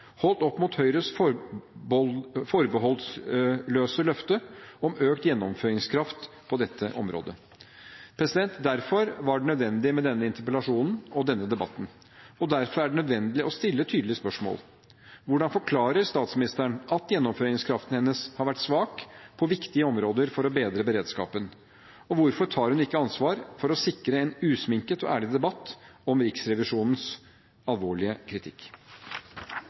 holdt opp mot Høyres forbeholdsløse løfte om økt gjennomføringskraft på dette området. Derfor var det nødvendig med denne interpellasjonen og denne debatten, og derfor er det nødvendig å stille tydelige spørsmål. Hvordan forklarer statsministeren at gjennomføringskraften hennes har vært svak på viktige områder for å bedre beredskapen? Og hvorfor tar hun ikke ansvar for å sikre en usminket og ærlig debatt om Riksrevisjonens alvorlige kritikk?